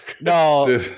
No